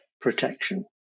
protection